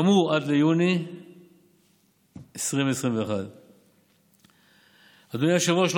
גם הוא עד ליוני 2021. אדוני היושב-ראש,